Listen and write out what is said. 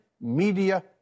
media